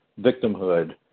victimhood